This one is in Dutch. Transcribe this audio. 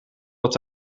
dat